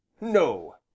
No